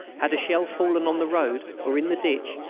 had a shell fallen on the road or in the ditch,